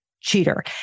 cheater